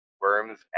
Worms